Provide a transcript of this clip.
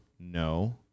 No